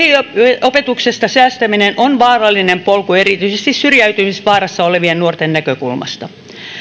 lähiopetuksesta säästäminen on vaarallinen polku erityisesti syrjäytymisvaarassa olevien nuorten näkökulmasta